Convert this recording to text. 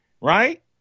right